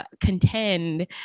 contend